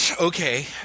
Okay